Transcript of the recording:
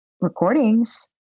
recordings